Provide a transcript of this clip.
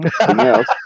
else